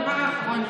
דבר אחרון,